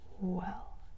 Well